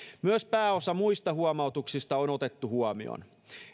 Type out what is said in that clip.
myös pääosa muista huomautuksista on otettu huomioon